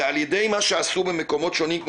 זה על ידי מה שעשו במקומות שונים,